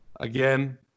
Again